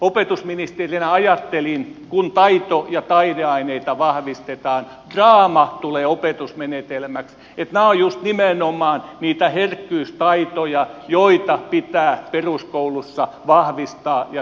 opetusministerinä ajattelin kun taito ja taideaineita vahvistetaan draama tulee opetusmenetelmäksi että nämä ovat just nimenomaan niitä herkkyystaitoja joita pitää peruskoulussa vahvistaa ja syventää